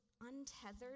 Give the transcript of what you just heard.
untethered